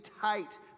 tight